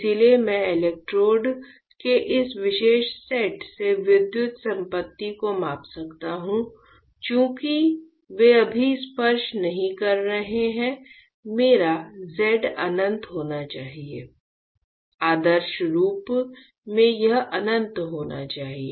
इसलिए मैं इलेक्ट्रोड के इस विशेष सेट से विद्युत संपत्ति को माप सकता हूं चूंकि वे अभी स्पर्श नहीं कर रहे हैं मेरा Z अनंत होना चाहिए आदर्श रूप में यह अनंत होना चाहिए